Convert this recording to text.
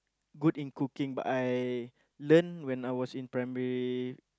good in cooking but I learn when I was in primary